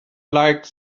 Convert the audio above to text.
like